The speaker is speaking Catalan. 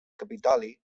capitoli